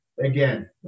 again